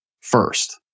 first